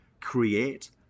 create